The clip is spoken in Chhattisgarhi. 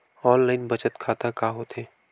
ऑनलाइन बचत खाता का होथे?